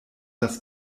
das